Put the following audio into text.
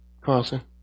Carlson